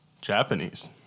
japanese